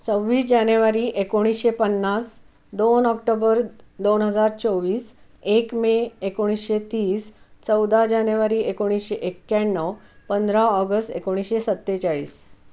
सव्वीस जानेवारी एकोणीशे पन्नास दोन ऑक्टोबर दोन हजार चोवीस एक मे एकोणीशे तीस चौदा जानेवारी एकोणीशे एक्याण्णव पंधरा ऑगस्ट एकोणीशे सत्तेचाळीस